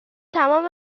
تمام